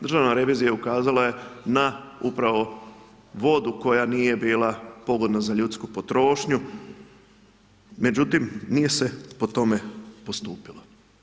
Državna revizija ukazala je na upravo vodu koja nije bila pogodna za ljudsku potrošnju, međutim, nije se po tome postupilo.